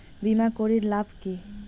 বিমা করির লাভ কি?